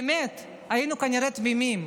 באמת, היינו כנראה תמימים.